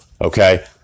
Okay